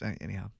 anyhow